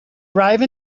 arrive